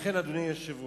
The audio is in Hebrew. לכן, אדוני היושב-ראש,